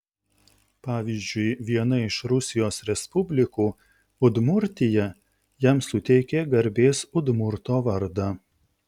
pavyzdžiui viena iš rusijos respublikų udmurtija jam suteikė garbės udmurto vardą